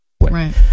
Right